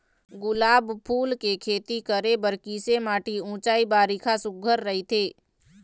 गुलाब फूल के खेती करे बर किसे माटी ऊंचाई बारिखा सुघ्घर राइथे?